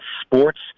sports